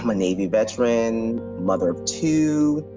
um navy veteran, mother of two.